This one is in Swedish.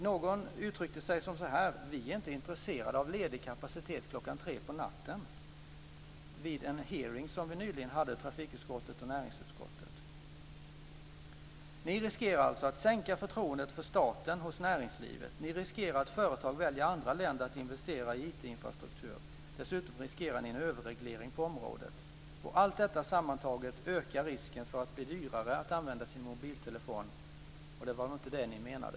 Någon uttryckte sig så här: Vi är inte intresserade av ledig kapacitet klockan tre på natten. Det uttrycktes vid en hearing som trafikutskottet och näringsutskottet nyligen hade. Ni riskerar alltså att minska förtroendet för staten hos näringslivet. Ni riskerar att företag väljer andra länder för att investera i IT-infrastruktur. Dessutom riskerar ni en överreglering på området. Allt detta sammantaget ökar risken för att det blir dyrare att använda sin mobiltelefon. Det var väl inte det ni menade?